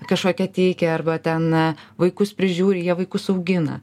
kažkokią teikia arba ten vaikus prižiūri jie vaikus augina